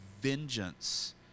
vengeance